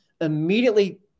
immediately